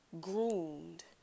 groomed